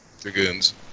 dragoons